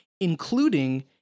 including